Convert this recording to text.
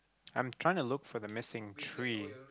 I'm trying to look for the missing tree